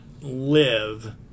live